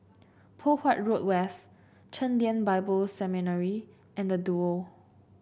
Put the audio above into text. Poh Huat Road West Chen Lien Bible Seminary and Duo